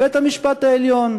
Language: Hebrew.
בית-המשפט העליון,